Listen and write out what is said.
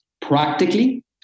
practically